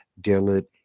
Dillard